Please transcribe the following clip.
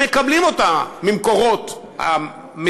הם מקבלים אותה מהמקורות המדינתיים,